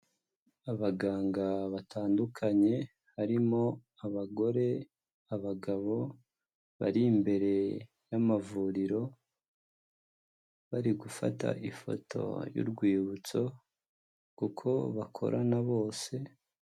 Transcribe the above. Abaganga batandukanye harimo abagore, abagabo bari imbere y'amavuriro bari gufata ifoto y'urwibutso kuko bakorana bose.